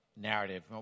narrative